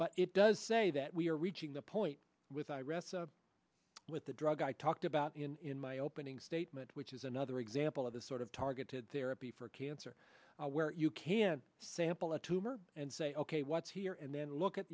but it does say that we are reaching the point with i wrestle with the drug i talked about in my opening statement which is another example of the sort of targeted therapy for cancer where you can sample a tumor and say ok what's here and then look at